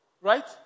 Right